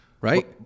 right